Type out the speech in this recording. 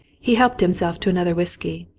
he helped himself to another whisky.